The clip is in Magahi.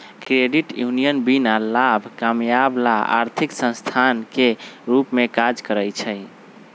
क्रेडिट यूनियन बीना लाभ कमायब ला आर्थिक संस्थान के रूप में काज़ करइ छै